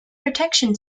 protection